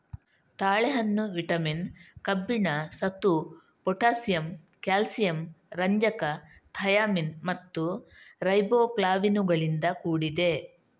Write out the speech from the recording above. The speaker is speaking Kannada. ತಾಳೆಹಣ್ಣು ವಿಟಮಿನ್, ಕಬ್ಬಿಣ, ಸತು, ಪೊಟ್ಯಾಸಿಯಮ್, ಕ್ಯಾಲ್ಸಿಯಂ, ರಂಜಕ, ಥಯಾಮಿನ್ ಮತ್ತು ರೈಬೋಫ್ಲಾವಿನುಗಳಿಂದ ಕೂಡಿದೆ